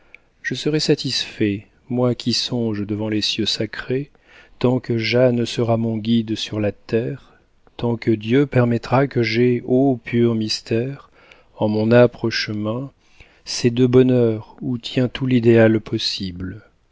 je serai satisfait moi qui songe devant les cieux sacrés tant que jeanne sera mon guide sur la terre tant que dieu permettra que j'aie ô pur mystère en mon âpre chemin ces deux bonheurs où tient tout l'idéal possible